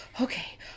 okay